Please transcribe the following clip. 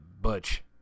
Butch